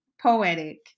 Poetic